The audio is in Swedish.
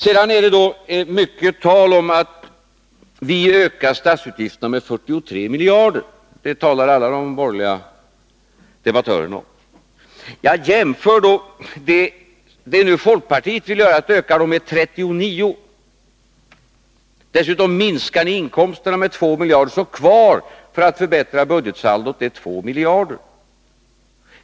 Sedan har det varit mycket tal om att vi ökar statsutgifterna med 43 miljarder — det talar alla de borgerliga debattörerna om. Jämför detta med att folkpartiet vill öka statsutgifterna med 39 miljarder och dessutom minska inkomsterna med 2 miljarder. Kvar står alltså för att förbättra budgetsaldot 2 miljarder.